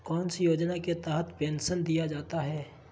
कौन सी योजना के तहत पेंसन दिया जाता है?